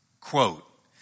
quote